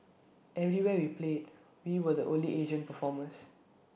everywhere we played we were the only Asian performers